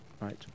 right